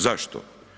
Zašto?